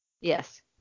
Yes